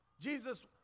Jesus